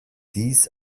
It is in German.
dies